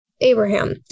Abraham